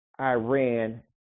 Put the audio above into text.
Iran